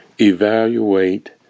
Evaluate